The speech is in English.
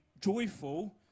joyful